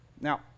Now